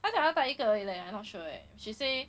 她讲她戴一个而已 leh I not sure leh she say